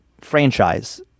franchise